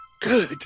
Good